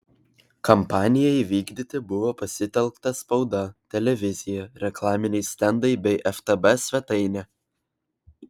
kampanijai vykdyti buvo pasitelkta spauda televizija reklaminiai stendai bei ftb svetainė